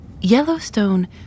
Yellowstone